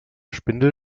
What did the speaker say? spindel